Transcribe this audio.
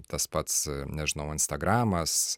tas pats nežinau instagramas